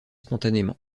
spontanément